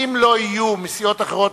אם לא יהיו מבקשים מסיעות אחרות,